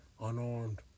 unarmed